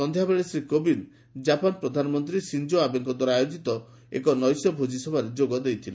ସନ୍ଧ୍ୟା ବେଳେ ଶ୍ରୀ କୋବିନ୍ଦ କ୍ଜାପାନ୍ ପ୍ରଧାନମନ୍ତ୍ରୀ ସିନ୍ଜୋ ଆବେଙ୍କ ଦ୍ୱାରା ଆୟୋଜିତ ଏକ ନୈଶ୍ୟ ଭୋଜିସଭାରେ ଯୋଗ ଦେଇଥିଲେ